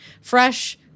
fresh